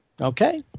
Okay